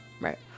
Right